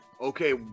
okay